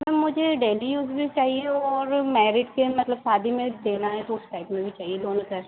ma'am मुझे daily use भी चाहिए और मैरिड के मतलब शादी में देना है तो उस टाइप में भी चाहिए दोनों सर